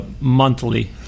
monthly